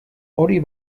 hori